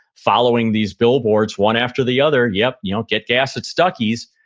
following these billboards one after the other. yup, you know get gas at stuckey's.